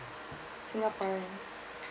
singaporean